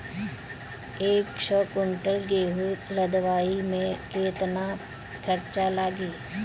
एक सौ कुंटल गेहूं लदवाई में केतना खर्चा लागी?